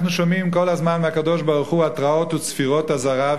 אנחנו שומעים כל הזמן מהקדוש-ברוך-הוא התרעות וצפירות אזהרה,